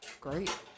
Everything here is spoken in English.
Great